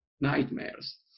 nightmares